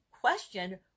question